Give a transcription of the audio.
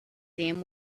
sam